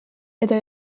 eta